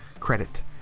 credit